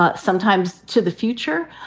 but sometimes to the future,